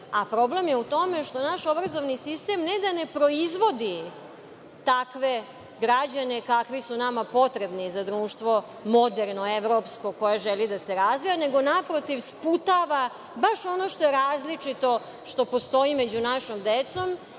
a problem je u tome što naš obrazovni sistem ne da ne proizvodi takve građane kakvi su nama potrebni za društvo moderno, evropsko koje želi da se razvija, nego naprotiv, sputava baš ono što je različito, što postoji među našom decom